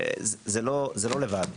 וזה לא לבד,